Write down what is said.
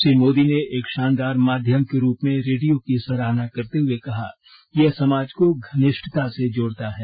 श्री मोदी ने एक शानदार माध्यम के रूप में रेडियो की सराहाना करते हुए कहा कि यह समाज को घनिष्टता से जोड़ता है